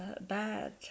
bad